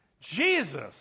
Jesus